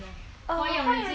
花样人间